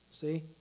see